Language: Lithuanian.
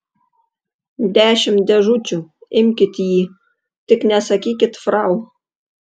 dešimt dėžučių imkit jį tik nesakykit frau